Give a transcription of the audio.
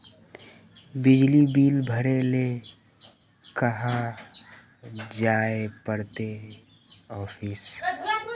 बिजली बिल भरे ले कहाँ जाय पड़ते ऑफिस?